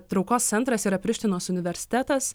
traukos centras yra prištinos universitetas